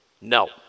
No